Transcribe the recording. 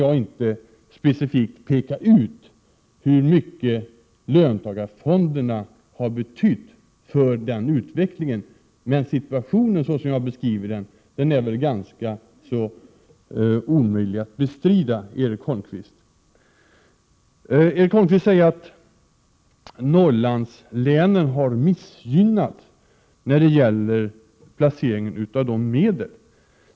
Jag kan inte specifikt peka ut hur mycket löntagarfonderna har betytt för den utvecklingen, men situationen som jag har beskrivit den är väl ganska omöjlig att bestrida, Erik Holmkvist. Erik Holmkvist säger att Norrlandslänen har missgynnats vid placeringen av medel.